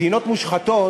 מדינות מושחתות